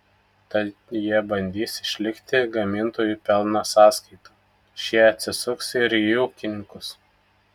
tad jie bandys išlikti gamintojų pelno sąskaita šie atsisuks ir į ūkininkus